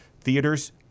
theaters